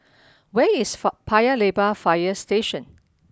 where is fa Paya Lebar Fire Station